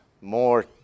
more